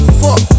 fuck